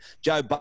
Joe